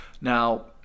Now